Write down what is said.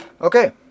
Okay